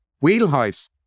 wheelhouse